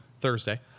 Thursday